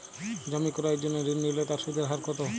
জমি ক্রয়ের জন্য ঋণ নিলে তার সুদের হার কতো?